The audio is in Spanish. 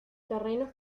terrenos